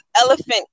elephant